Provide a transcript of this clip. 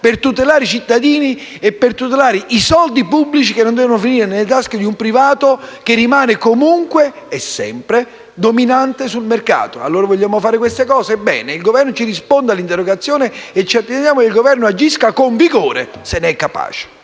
per tutelare i cittadini e i soldi pubblici, che non devono finire nelle tasche di un privato, che rimane sempre e comunque dominante sul mercato. Vogliamo fare queste cose? Bene, il Governo risponda all'interrogazione e ci attendiamo che agisca con vigore, se ne è capace.